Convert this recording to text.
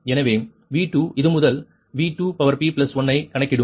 எனவே V2 இது முதல் V2p1 ஐ கணக்கிடும்